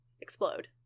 explode